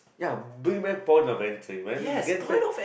ya bring back Point of Entry man get back